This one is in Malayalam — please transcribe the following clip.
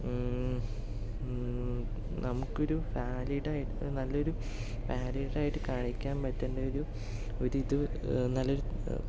നമുക്കൊരു വാലിഡായ് നല്ലൊരു വാലിട് ആയിട്ട് കാണിക്കാൻ പറ്റുന്നൊരു ഒരിതു നല്ല